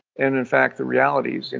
and in fact the reality is, and